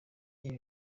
ibi